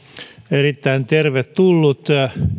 erittäin tervetullut